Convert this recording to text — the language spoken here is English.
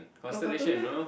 oh cartoon meh